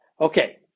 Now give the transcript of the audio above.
Okay